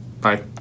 Bye